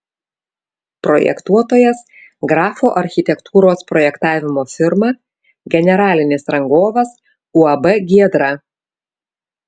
projektuotojas grafo architektūros projektavimo firma generalinis rangovas uab giedra